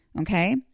Okay